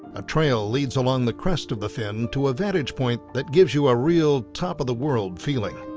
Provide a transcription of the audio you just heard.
a trail leads along the crest of the fin to a vantage point that gives you a real top of the world feeling.